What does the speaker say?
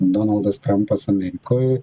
donaldas trampas amerikoj